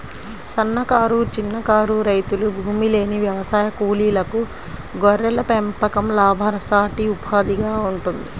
సన్నకారు, చిన్నకారు రైతులు, భూమిలేని వ్యవసాయ కూలీలకు గొర్రెల పెంపకం లాభసాటి ఉపాధిగా ఉంటుంది